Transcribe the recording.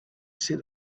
said